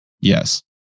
Yes